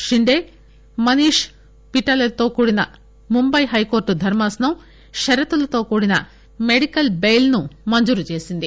షిండే మనీష్ పిటాలేతో కూడిన ముంబై హైకోర్టు ధర్మాసనం షరతులతో కూడిన మెడికల్ టెయిల్ను మంజురు చేసింది